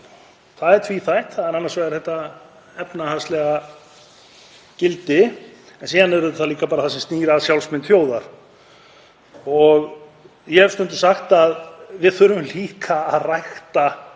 Það er tvíþætt; það er annars vegar þetta efnahagslega gildi, en síðan er það líka bara það sem snýr að sjálfsmynd þjóðar. Ég hef stundum sagt að við þurfum líka að rækta